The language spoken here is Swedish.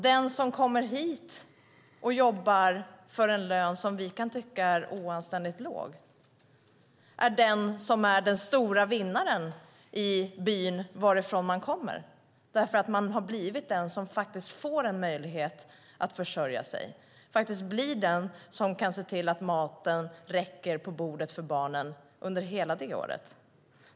Den som kommer hit och jobbar för en lön som vi kan tycka är oanständigt låg är den som är den stora vinnaren i byn varifrån man kommer därför att man har blivit den som faktiskt får en möjlighet att försörja sig, faktiskt blir den som kan se till att maten på bordet räcker till barnen under hela det året.